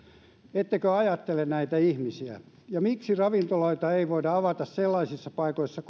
ettekö ajattele näitä ihmisiä ja miksi ravintoloita ei voida avata kokonaan sellaisissa paikoissa